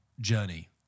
journey